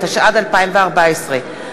התשע"ד 2014,